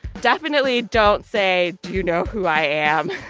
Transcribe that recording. definitely don't say, do you know who i am?